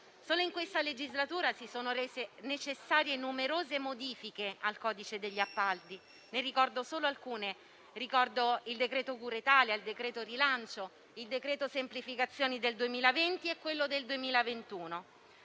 Solo in questa legislatura si sono rese necessarie numerose modifiche al codice degli appalti. Ne ricordo solo alcune: il decreto cura Italia, il decreto rilancio, il decreto semplificazioni del 2020 e quello del 2021.